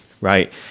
right